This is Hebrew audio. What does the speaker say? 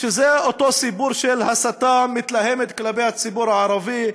שזה אותו סיפור של הסתה מתלהמת כלפי הציבור הערבי.